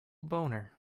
boner